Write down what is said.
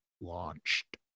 launched